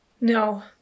No